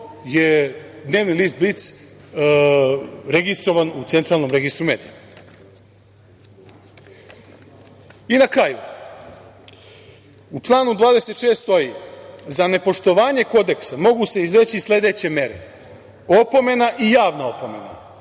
kraju, u članu 26. stoji – za nepoštovanje kodeksa mogu se izreći sledeće mere: opomena i javna opomena.